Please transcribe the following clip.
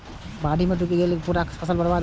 बाढ़ि मे डूबि गेलाक बाद पूरा फसल बर्बाद भए जाइ छै